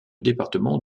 département